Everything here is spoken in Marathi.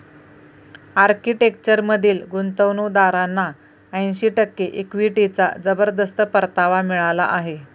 आर्किटेक्चरमधील गुंतवणूकदारांना ऐंशी टक्के इक्विटीचा जबरदस्त परतावा मिळाला आहे